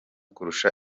kurusha